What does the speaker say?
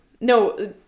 No